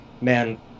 man